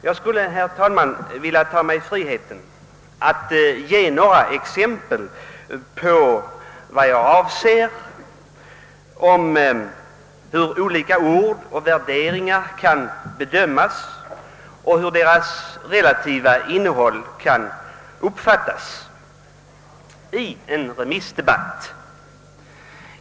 Jag skulle, herr talman, vilja ta mig friheten att ge några exempel på vad jag avser, hur olika ord och värderingar kan bedömas och hur deras relativa innehåll kan uppfattas under en remissdebatt.